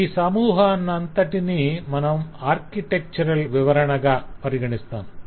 ఈ సమూహానంతటినీ మనం అర్చిటెక్చరల్ వివరణగా పరిగణిస్తాము